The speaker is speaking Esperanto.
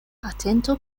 atento